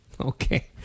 Okay